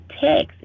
text